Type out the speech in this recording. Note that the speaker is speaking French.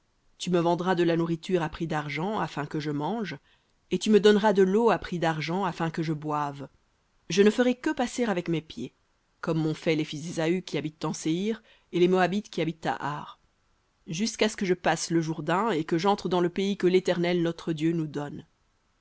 tu me vendras de la nourriture à prix d'argent afin que je mange et tu me donneras de l'eau à prix d'argent afin que je boive je ne ferai que passer avec mes pieds comme m'ont fait les fils d'ésaü qui habitent en séhir et les moabites qui habitent à ar jusqu'à ce que je passe le jourdain dans le pays que l'éternel notre dieu nous donne